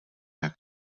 jak